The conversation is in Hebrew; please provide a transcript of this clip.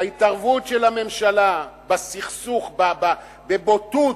ההתערבות של הממשלה בסכסוך, בבוטות,